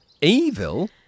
Evil